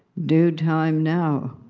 do time now.